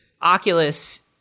Oculus